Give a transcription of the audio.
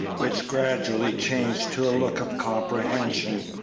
which gradually changed to a look of comprehension.